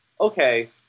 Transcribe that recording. Okay